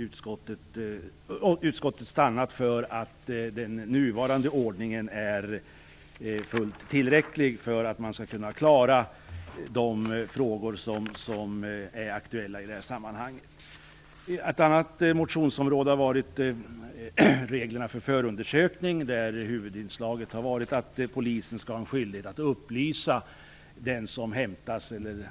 Utskottet har stannat för att den nuvarande ordningen är fullt tillräcklig för att man skall kunna klara de frågor som är aktuella i detta sammanhang. Ett annat av motionsområdena har varit reglerna för förundersökning. Huvudinslaget har varit att det skall finnas en skyldighet för polisen att upplysa den som hämtas eller